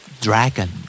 Dragon